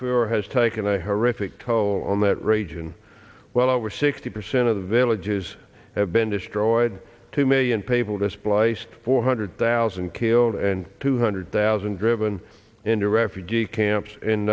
darfur has taken a horrific toll on that region well over sixty percent of the villages have been destroyed two million people displaced four hundred thousand killed and two hundred thousand driven into refugee camps in